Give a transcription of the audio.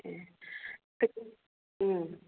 ए